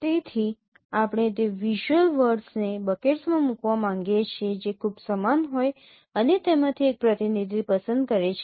તેથી આપણે તે વિઝ્યુઅલ વર્ડસને બકેટ્સમાં મૂકવા માંગીએ છીએ જે ખૂબ સમાન હોય અને તેમાંથી એક પ્રતિનિધિ પસંદ કરે છે